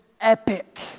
epic